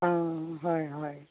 অঁ হয় হয়